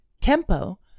Tempo